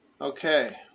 Okay